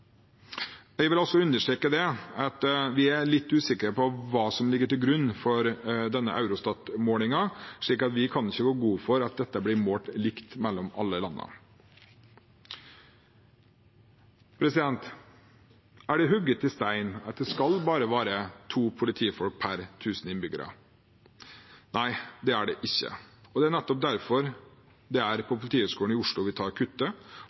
Jeg vil også understreke at vi er litt usikre på hva som ligger til grunn for denne Eurostat-målingen, så vi kan ikke gå god for at dette måles likt i alle landene. Er det hugget i stein at det skal være bare to politifolk per tusen innbyggere? Nei, det er det ikke. Det er nettopp derfor det er på Politihøgskolen i Oslo vi tar